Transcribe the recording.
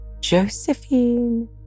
Josephine